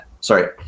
sorry